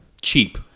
Cheap